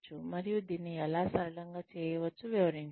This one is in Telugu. మరియు దీన్ని ఎలా సరళంగా చేయవచ్చో వివరించండి